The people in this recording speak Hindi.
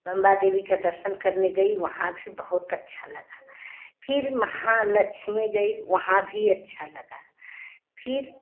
बंबा देवी का दर्शन करने गई वहाँ भी बहुत अच्छा लगा फिर महा लक्ष्मी गई वहाँ भी अच्छा लगा फिर